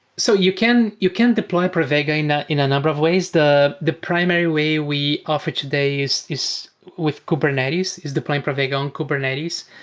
so you can you can deploy pravega in ah in a number of ways. the the primary way we offer today is is with kubernetes, is deploying pravega on kubernetes.